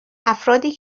افرادی